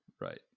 right